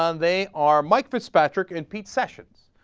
um they are mike fitzpatrick and pete sessions